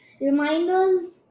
Reminders